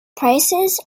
prices